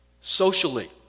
Socially